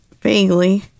vaguely